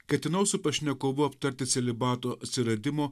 ketinau su pašnekovu aptarti celibato atsiradimo